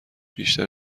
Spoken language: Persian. بیشتر